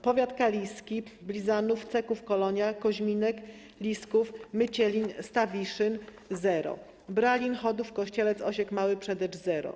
Powiat kaliski: Blizanów, Ceków-Kolonia, Koźminek, Lisków, Mycielin, Stawiszyn - zero, Bralin, Chodów, Kościelec, Osiek Mały, Przetycz - zero.